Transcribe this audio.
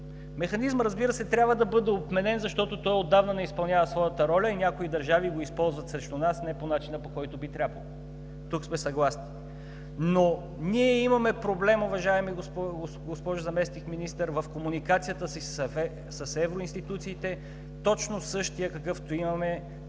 Механизмът, разбира се, трябва да бъде отменен, защото той отдавна не изпълнява своята роля и някои държави го използват срещу нас не по начина, по който би трябвало – тук сме съгласни. Но ние имаме проблем, уважаема госпожо Заместник министър-председател, в комуникацията си с евроинституциите – точно същият, какъвто имаме